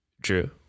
Drew